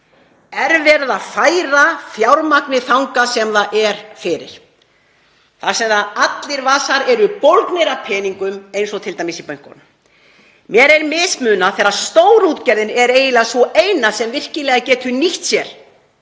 er verið að færa fjármagnið þangað sem það er fyrir, þar sem allir vasar eru bólgnir af peningum, eins og t.d. í bönkunum. Mér er misboðið þegar stórútgerðin er eiginlega sú eina sem virkilega getur nýtt sér